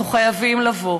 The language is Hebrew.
אנחנו חייבים לבוא